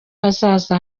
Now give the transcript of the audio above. hazaza